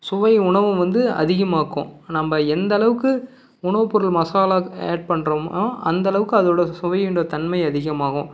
சுவை உணவும் வந்து அதிகமாக்கும் நம்ம எந்த அளவுக்கு உணவு பொருள் மசாலா ஆட் பண்ணுறோமோ அந்த அளவுக்கு அதோட சுவையினோட தன்மை அதிகமாகும்